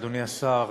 אדוני השר,